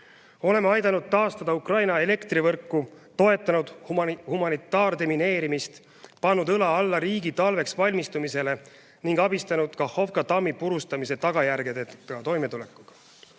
Oleme aidanud taastada Ukraina elektrivõrku, toetanud humanitaardemineerimist, pannud õla alla riigi talveks valmistumisele ning abistanud Kahhovka tammi purustamise tagajärgedega toimetulekul.